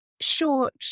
short